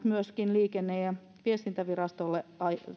myöskin liikenne ja viestintävirastolle